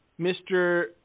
Mr